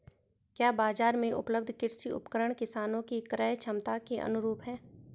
क्या बाजार में उपलब्ध कृषि उपकरण किसानों के क्रयक्षमता के अनुरूप हैं?